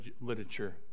literature